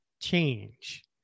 change